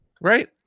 Right